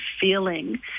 feeling